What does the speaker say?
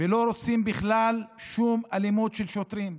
לא רוצים בכלל שום אלימות של שוטרים,